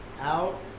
out